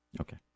Okay